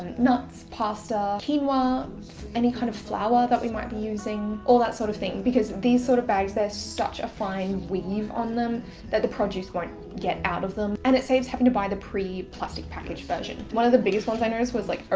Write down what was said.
nuts, pasta, quinoa, any kind of flour that we might be using, all that sort of thing because these sort of bags, there's such a fine weave on them that the produce won't get out of them. and it saves having to buy the pre-plastic packaged version. one of the biggest ones i noticed was, like, ah